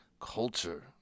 culture